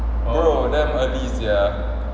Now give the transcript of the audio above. bro damn early sia